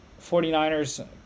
49ers